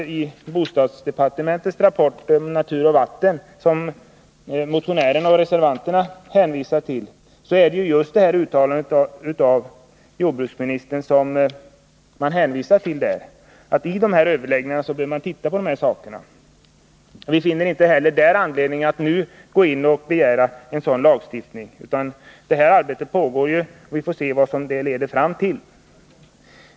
I bostadsdepartementets rapport om natur och vatten, som motionärerna och reservanterna talat om, hänvisas just till jordbruksministerns uttalande att man vid överläggningarna bör se på dessa frågor. Vi finner inte heller här anledning att nu gå in och begära en sådan lagstiftning. Arbetet pågår ju, och vi får se vad det leder fram till.